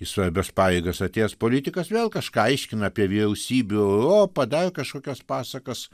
į svarbias pareigas atėjęs politikas vėl kažką aiškina apie vyriausybių europą dar kažkokias pasakas